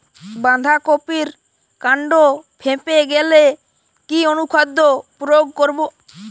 বাঁধা কপির কান্ড ফেঁপে গেলে কি অনুখাদ্য প্রয়োগ করব?